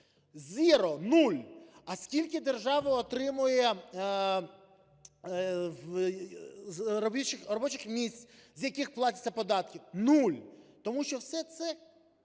Zero! Нуль! А скільки держава отримує робочих місць, з яких платяться податки? Нуль! Тому що все це